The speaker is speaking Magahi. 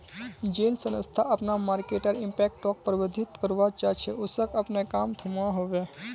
जेल संस्था अपना मर्केटर इम्पैक्टोक प्रबधित करवा चाह्चे उसाक अपना काम थम्वा होबे